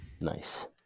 Nice